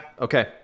Okay